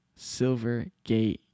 Silvergate